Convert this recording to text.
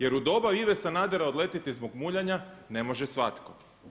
Jer u doba Ive Sanadera odletjeti zbog muljanja ne može svatko.